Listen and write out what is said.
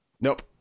Nope